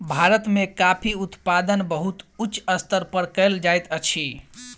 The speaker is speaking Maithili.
भारत में कॉफ़ी उत्पादन बहुत उच्च स्तर पर कयल जाइत अछि